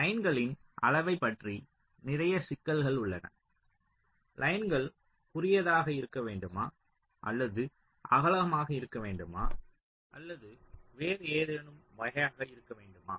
லைன்களின் அளவைப் பற்றி நிறைய சிக்கல்கள் உள்ளன லைன்கள் குறுகியதாக இருக்க வேண்டுமா அது அகலமாக இருக்க வேண்டுமா அல்லது வேறு ஏதேனும் வகையாக இருக்க வேண்டுமா